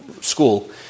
school